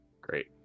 Great